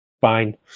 fine